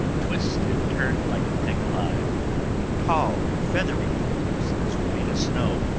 twist and turn like a thing alive tall, feathery plumes, as white as snow,